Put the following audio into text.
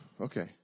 okay